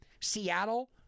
Seattle